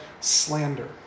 slander